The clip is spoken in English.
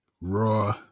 raw